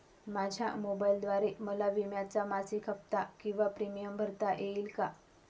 माझ्या मोबाईलद्वारे मला विम्याचा मासिक हफ्ता किंवा प्रीमियम भरता येईल का?